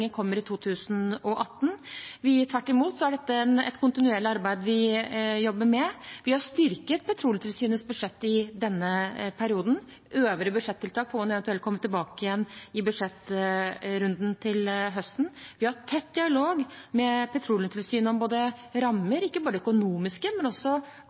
kommer i 2018. Tvert imot er dette et kontinuerlig arbeid vi jobber med. Vi har styrket Petroleumstilsynets budsjett i denne perioden. Øvrige budsjettiltak får man eventuelt komme tilbake til i budsjettrunden til høsten. Vi har tett dialog med Petroleumstilsynet om rammer – ikke bare de økonomiske, men også